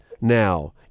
now